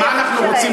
אז מה אנחנו רוצים?